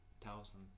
thousand